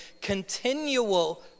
continual